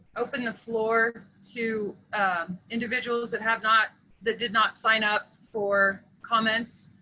open the floor to individuals that have not that did not sign up for comments.